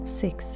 six